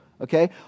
okay